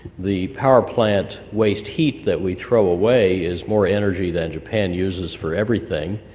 the power plant waste heat that we throw away is more energy than japan uses for everything,